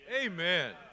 amen